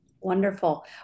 Wonderful